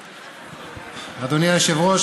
היושב-ראש,